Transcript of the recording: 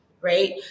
right